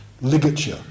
ligature